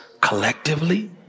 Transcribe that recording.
collectively